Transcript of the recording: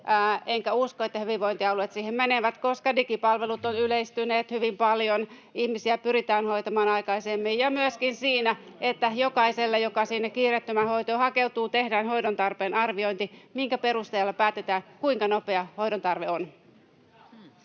enkä usko, että hyvinvointialueet siihen menevät, koska digipalvelut ovat yleistyneet hyvin paljon, ihmisiä pyritään hoitamaan aikaisemmin [Antti Kurvinen: Voitteko toistaa sen puhelinnumeron? — Välihuutoja] ja jokaiselle, joka sinne kiireettömään hoitoon hakeutuu, tehdään hoidon tarpeen arviointi, minkä perusteella päätetään, kuinka nopea hoidon tarve on.